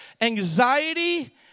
anxiety